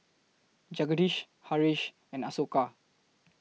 Jagadish Haresh and Ashoka